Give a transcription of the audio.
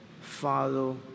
follow